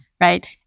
right